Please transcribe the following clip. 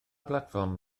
blatfform